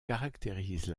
caractérise